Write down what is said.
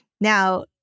Now